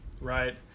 right